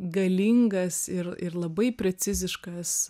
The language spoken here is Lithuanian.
galingas ir ir labai preciziškas